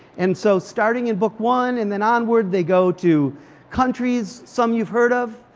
and so starting in book one and then onward, they go to countries, some you've heard of,